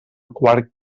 quart